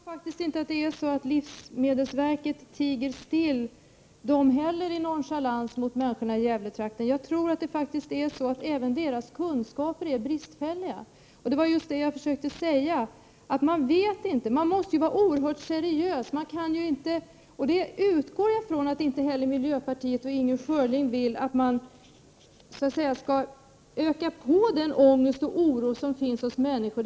Herr talman! Jag tror faktiskt inte heller att livsmedelsverket tiger still i nonchalans mot människorna i Gävletrakten. Även livsmedelsverkets kunskaper är nog bristfälliga. Man måste vara oerhört seriös. Jag utgår ifrån att inte heller Inger Schörling och miljöpartiet vill öka oron bland människorna.